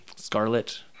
Scarlet